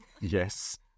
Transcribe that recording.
yes